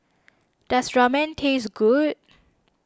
does Ramen taste good